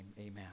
amen